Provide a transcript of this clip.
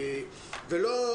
ולא,